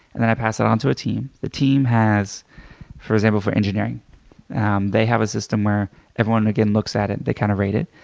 and then i pass that onto a team. the team has for example, for engineering they have a system where everyone again looks at it. they kind of rate it.